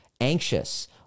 anxious